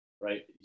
right